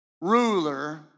ruler